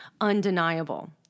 Undeniable